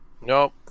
Nope